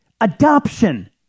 adoption